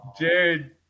Jared